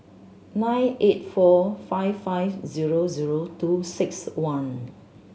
nine eight four five five zero zero two six one